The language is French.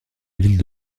ville